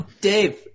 Dave